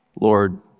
Lord